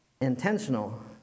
intentional